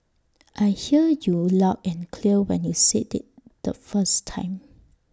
I heard you loud and clear when you said IT the first time